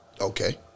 Okay